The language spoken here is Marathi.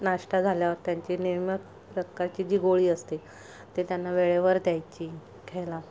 नाश्टा झाल्यावर त्यांची नियमित प्रकारची जी गोळी असते ते त्यांना वेळेवर द्यायची खायला